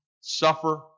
suffer